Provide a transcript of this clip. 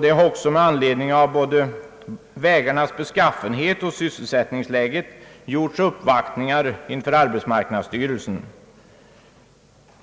Det har också med anledning av både vägarnas beskaffenhet och = sysselsättningsläget gjorts uppvaktningar inför arbetsmarknadsstyrelsen.